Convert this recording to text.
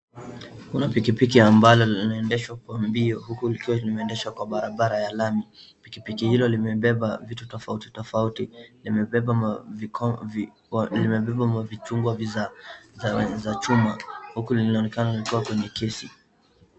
Kuna pikipiki ambalo linaendeshwa kwa mbio huku likiwa limeendeshwa kwa barabara ya lami. Pikipiki hiyo limebeba vitu tofautitofauti. Limebeba vikombe mavichungwa za chuma huku linaonekana likiwa kwenye kesi.